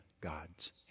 God's